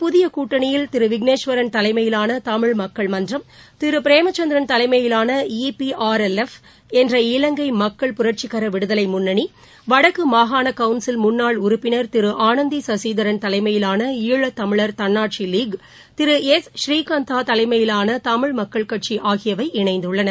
புதியகூட்டணியில் திருவிக்கேஷ்வரன் தலைமையிலானதமிழ் மக்கள் மன்றம் இந்த திருபிரேமசந்திரன் தலைமையிலான இ பி எல் என்ற இலங்கைமக்கள் எஃப் புரட்சிகரவிடுதலைமுன்னணி வடக்குமாகாணகவுன்சில் முன்னாள் உறுப்பினர் திருஆனந்திசசீதரன் தலைமையிலான இழத்தமிழர் தன்னாட்சிலீக் திரு எஸ் ஸ்ரீகந்தாதலைமையிலானதமிழ் மக்கள் கட்சிஆகியவை இணைந்துள்ளன